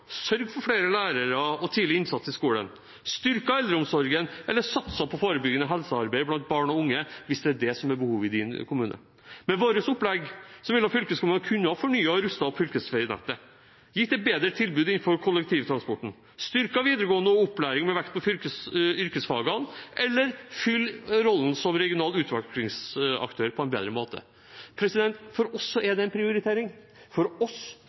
for flere lærere og tidlig innsats i skolen, styrket eldreomsorgen eller satset på forebyggende helsearbeid blant barn og unge, hvis det er det som er behovet i kommunen. Med vårt opplegg ville fylkeskommunene kunne fornyet og rustet opp fylkesveinettet, gitt et bedre tilbud innenfor kollektivtransporten, styrket videregående opplæring med vekt på yrkesfagene eller fylt rollen som regional utviklingsaktør på en bedre måte. For oss er det en prioritering